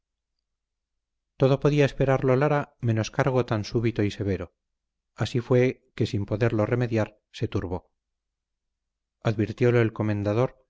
todo podía esperarlo lara menos cargo tan súbito y severo así fue que sin poderlo remediar se turbó advirtiólo el comendador